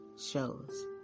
shows